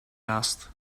asked